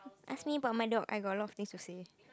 ask me about my dog I got a lot of things to say